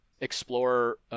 explore